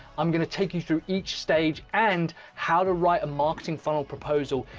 i'm going to take you through each stage and how to write a marketing funnel proposal,